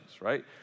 right